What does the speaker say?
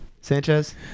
Sanchez